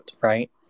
right